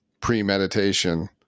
premeditation